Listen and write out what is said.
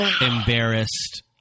embarrassed